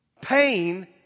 Pain